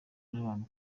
n’abantu